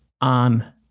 on